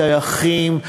טייחים,